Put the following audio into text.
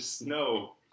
No